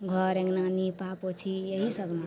घर अँगना निपा पोछी इएहसब ने